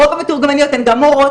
רוב המתורגמניות הן גם מורות,